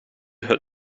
het